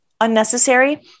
unnecessary